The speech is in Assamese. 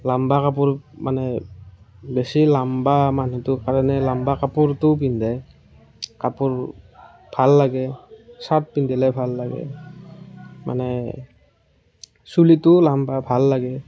লাম্বা কাপোৰ মানে বেছি লাম্বা মানুহটো কাৰণে লাম্বা কাপোৰটো পিন্ধে কাপোৰ ভাল লাগে ছাৰ্ট পিন্ধিলে ভাল লাগে মানে চুলিটো লাম্বা ভাল লাগে